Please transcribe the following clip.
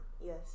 Yes